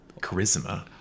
charisma